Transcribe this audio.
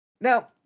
now